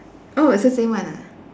oh it's the same one ah